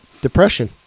depression